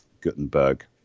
Gutenberg